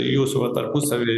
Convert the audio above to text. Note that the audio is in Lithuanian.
jūsų va tarpusavy